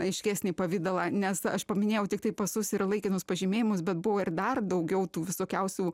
aiškesnį pavidalą nes aš paminėjau tiktai pasus ir laikinus pažymėjimus bet buvo ir dar daugiau tų visokiausių